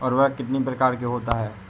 उर्वरक कितनी प्रकार के होता हैं?